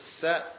set